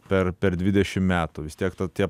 per per dvidešim metų vis tiek tie